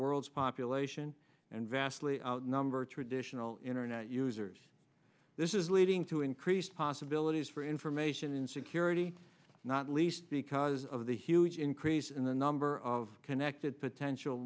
world's population and vastly outnumber traditional internet users this is leading to increased possibilities for information security not least because of the huge increase in the number of connected potential